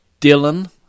Dylan